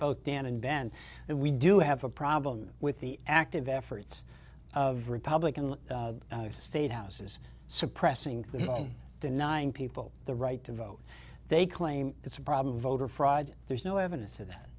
both dan and dan and we do have a problem with the active efforts of republican state houses suppressing denying people the right to vote they claim it's a problem voter fraud there's no evidence of that